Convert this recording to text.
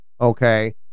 okay